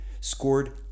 scored